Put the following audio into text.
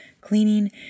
cleaning